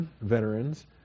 veterans